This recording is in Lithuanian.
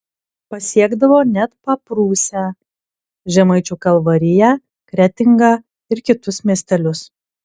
pasiekdavo net paprūsę žemaičių kalvariją kretingą ir kitus miestelius